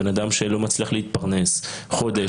בן אדם שלא מצליח להתפרנס חודש,